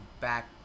back